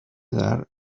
dar